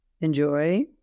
Enjoy